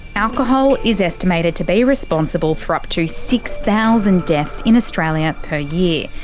alcohol is estimated to be responsible for up to six thousand deaths in australia per year.